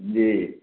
जी